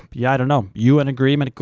yeah, i don't know, un agreement,